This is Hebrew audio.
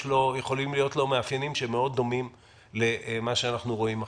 יכולים להיות לו מאפיינים שהם דומים מאוד למה שאנחנו רואים עכשיו.